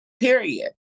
Period